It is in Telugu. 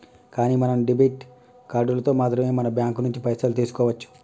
కానీ మనం డెబిట్ కార్డులతో మాత్రమే మన బ్యాంకు నుంచి పైసలు తీసుకోవచ్చు